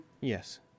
Yes